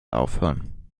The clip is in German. aufhören